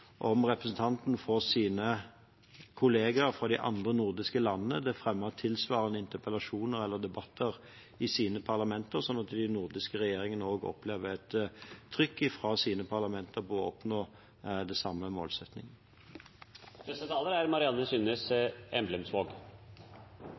om representanten får sine kollegaer fra de andre nordiske landene til å fremme tilsvarende interpellasjoner og debatter i sine parlamenter, slik at de nordiske regjeringene opplever et trykk fra sine parlamenter om å oppnå den samme